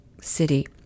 city